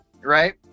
right